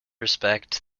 respect